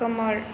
खोमोर